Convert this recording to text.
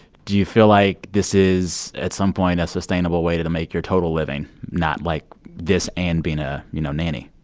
do you feel like this is, at some point, a sustainable way to to make your total living not like this and being a, you know, nanny?